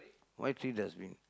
why three dustbin